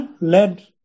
led